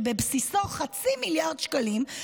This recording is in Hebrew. שבבסיסו 0.5 מיליארד שקלים,